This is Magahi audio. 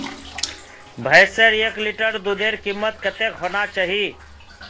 भैंसेर एक लीटर दूधेर कीमत कतेक होना चही?